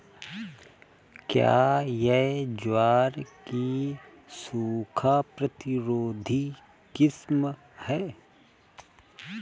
क्या यह ज्वार की सूखा प्रतिरोधी किस्म है?